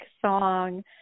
song